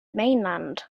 mainland